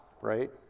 right